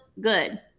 good